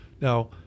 Now